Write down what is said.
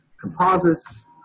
composites